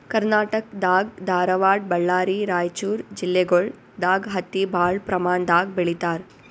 ಕರ್ನಾಟಕ್ ದಾಗ್ ಧಾರವಾಡ್ ಬಳ್ಳಾರಿ ರೈಚೂರ್ ಜಿಲ್ಲೆಗೊಳ್ ದಾಗ್ ಹತ್ತಿ ಭಾಳ್ ಪ್ರಮಾಣ್ ದಾಗ್ ಬೆಳೀತಾರ್